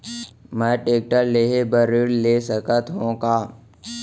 मैं टेकटर लेहे बर ऋण ले सकत हो का?